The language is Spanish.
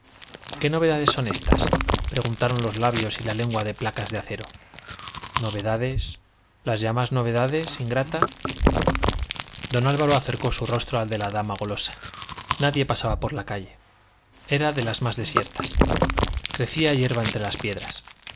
qué novedades son estas preguntaron los labios y la lengua de placas de acero novedades las llamas novedades ingrata don álvaro acercó su rostro al de la dama golosa nadie pasaba por la calle era de las más desiertas crecía yerba entre las piedras